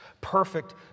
perfect